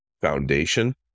foundation